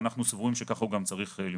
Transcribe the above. ואנחנו סבורים שככה הוא גם צריך להימשך.